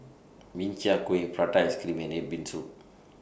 Min Chiang Kueh Prata Ice Cream and Red Bean Soup